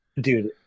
dude